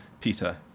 Peter